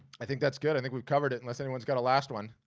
i think that's good. i think we've covered it, unless anyone's got a last one.